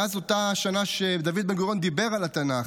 מאז אותה שנה שבה דוד בן גוריון דיבר על התנ"ך,